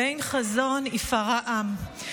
"באין חזון יִפָּרַע עם",